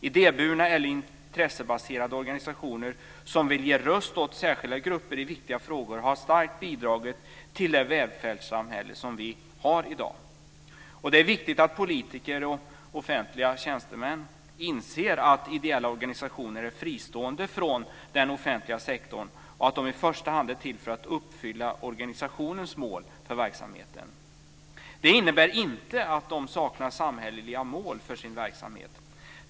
Idéburna eller intressebaserade organisationer som vill ge röst åt särskilda grupper i viktiga frågor har starkt bidragit till det välfärdssamhälle som vi har i dag. Det är viktigt att politiker och offentliga tjänstemän inser att ideella organisationer är fristående från den offentliga sektorn och att de i första hand är till för att uppfylla organisationens mål för verksamheten. Det innebär inte att de saknar samhälleliga mål för sin verksamhet.